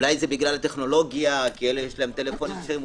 אולי זה בגלל הטכנולוגיה כי לאלה יש טלפונים סלולאריים,